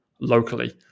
locally